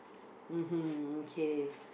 mmhmm okay